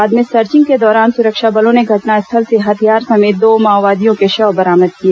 बाद में सर्चिंग के दौरान सुरक्षा बलों ने घटनास्थल से हथियार समेत दो माओवादियों के शव बरामद किए